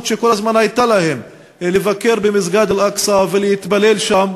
שכל הזמן הייתה להם לבקר במסגד אל-אקצא ולהתפלל שם,